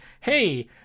hey